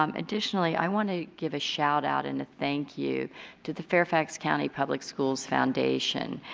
um additionally i want to give a shout out and a thank you to the fairfax county public schools foundation.